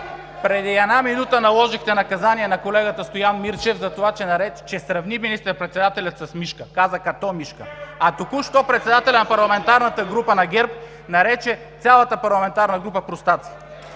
преди една минута наложихте наказание на колегата Стоян Мирчев заради това, че сравни министър-председателя с мишка. Каза „като мишка“. Току-що председателят на парламентарната група на ГЕРБ нарече цялата парламентарна група простаци